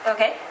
Okay